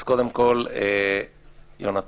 אז קודם כל, יהונתן,